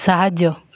ସାହାଯ୍ୟ